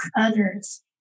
others